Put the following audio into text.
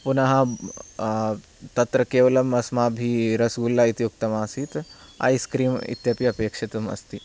पुनः तत्र केवलम् अस्माभिः रसगुल्ला इति उक्तमासीत् ऐस्क्रीम् इत्यपि अपेक्षितम् अस्ति